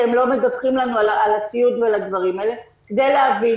שהם לא מדווחים לנו על הציוד ועל הדברים האלה כדי להבין.